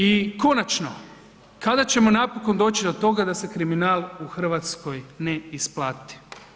I konačno, kada ćemo napokon doći do toga da se kriminal u Hrvatskoj ne isplati?